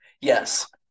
Yes